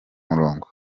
murongo